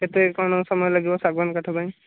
କେତେ କ'ଣ ସମୟ ଲାଗିବ ଶାଗୁଆନ କାଠ ପାଇଁ